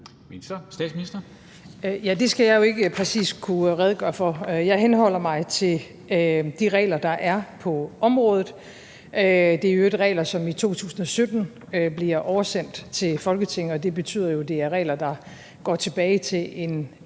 det skal jeg jo ikke præcis kunne redegøre for. Jeg henholder mig til de regler, der er på området. Det er i øvrigt regler, som i 2017 bliver oversendt til Folketinget, og det betyder jo, at det er regler, der går tilbage til en